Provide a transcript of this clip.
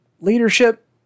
leadership